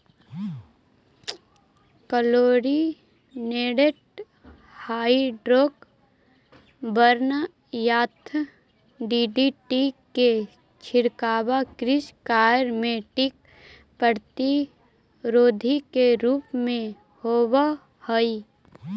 chlorinated hydrocarbon यथा DDT के छिड़काव कृषि कार्य में कीट प्रतिरोधी के रूप में होवऽ हई